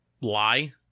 lie